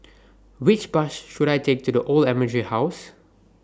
Which Bus should I Take to The Old Admiralty House